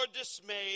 dismayed